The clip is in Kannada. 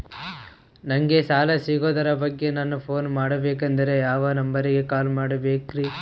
ನಂಗೆ ಸಾಲ ಸಿಗೋದರ ಬಗ್ಗೆ ನನ್ನ ಪೋನ್ ಮಾಡಬೇಕಂದರೆ ಯಾವ ನಂಬರಿಗೆ ಕಾಲ್ ಮಾಡಬೇಕ್ರಿ?